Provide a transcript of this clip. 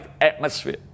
atmosphere